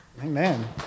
Amen